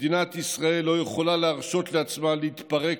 מדינת ישראל לא יכולה להרשות לעצמה להתפרק